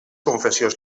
confessions